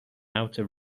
outer